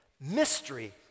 Mystery